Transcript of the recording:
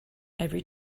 every